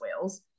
whales